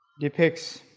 depicts